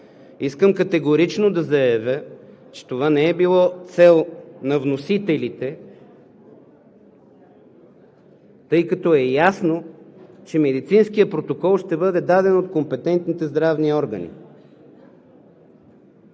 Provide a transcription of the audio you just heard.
Искам категорично да заявя, че това не е било цел на вносителите, тъй като е ясно, че медицинският протокол ще бъде даден от компетентните здравни органи,